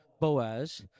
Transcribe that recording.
Boaz